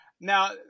now